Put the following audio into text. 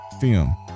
film